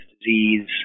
disease